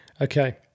Okay